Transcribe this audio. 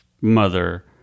mother